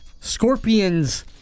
Scorpion's